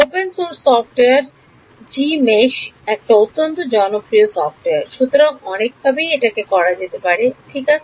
open source software গেমেশ একটা অত্যন্ত জনপ্রিয় সফটওয়্যার সুতরাং অনেকভাবেই এটাকে করা যেতে পারে ঠিক আছে